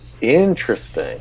Interesting